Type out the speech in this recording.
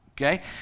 Okay